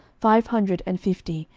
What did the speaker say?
five hundred and fifty,